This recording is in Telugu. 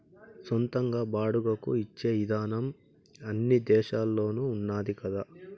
సొంతంగా బాడుగకు ఇచ్చే ఇదానం అన్ని దేశాల్లోనూ ఉన్నాది కదా